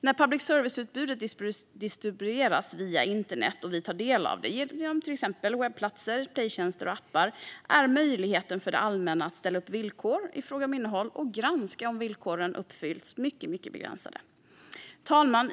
När public serviceutbudet distribueras via internet och vi tar del av det genom till exempel webbplatser, playtjänster och appar är möjligheten för det allmänna att ställa upp villkor i fråga om innehåll och granska om villkoren uppfylls mycket begränsade. Fru talman!